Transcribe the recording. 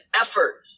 effort